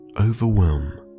overwhelm